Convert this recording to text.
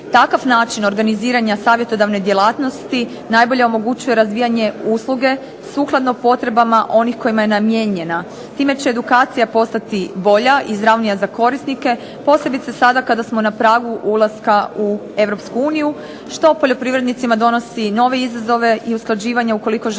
Takav način organiziranja savjetodavne djelatnosti najbolje omogućuje razvijanje usluge sukladno potrebama onih kojima je namijenjena. Time će edukacija postati bolja i izravnija za korisnike posebice sada kada smo na pragu ulaska u EU što poljoprivrednicima donosi nove izazove i usklađivanje ukoliko žele